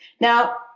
Now